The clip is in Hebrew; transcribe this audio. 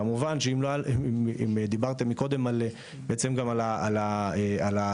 כמובן שאם דיברתם קודם בעצם גם על לא